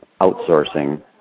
outsourcing